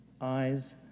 eyes